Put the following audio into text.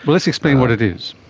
let's explain what it is.